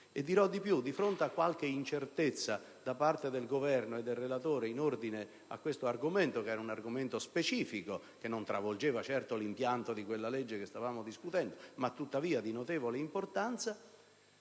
Dirò di più: di fronte a qualche incertezza da parte del Governo e del relatore in ordine a tale argomento di natura specifica, che non travolgeva certamente l'impianto della legge che stavamo discutendo ma che era di notevole importanza,